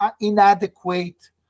inadequate